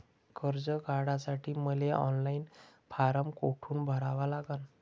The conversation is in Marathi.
कर्ज काढासाठी मले ऑनलाईन फारम कोठून भरावा लागन?